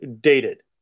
dated